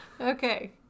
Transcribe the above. Okay